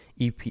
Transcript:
EP